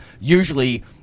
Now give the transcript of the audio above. usually